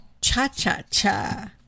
cha-cha-cha